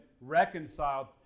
reconciled